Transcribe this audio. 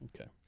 Okay